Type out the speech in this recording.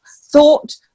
thought